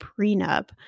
prenup